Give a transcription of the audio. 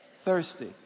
thirsty